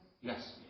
Yes